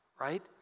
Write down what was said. right